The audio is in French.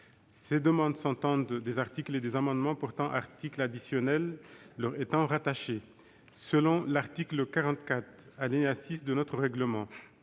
Cette demande s'entend des articles et des amendements portant articles additionnels leur étant rattachés. Selon l'article 44, alinéa 6, de notre règlement,